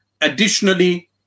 Additionally